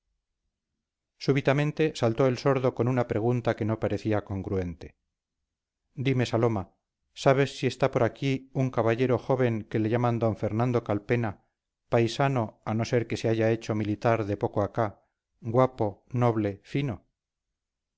súbitamente saltó el sordo con una pregunta que no parecía congruente dime saloma sabes si está por aquí un caballero joven que le llaman d fernando calpena paisano a no ser que se haya hecho militar de poco acá guapo noble fino